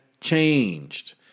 changed